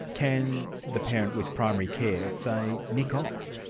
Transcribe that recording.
can the parent with primary care say, nick off!